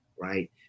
right